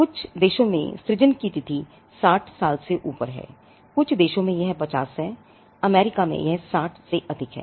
कुछ देशों में सृजन की तिथि 60 से ऊपर साल है कुछ देशों में यह 50 है यह अमेरिका में 60 से अधिक है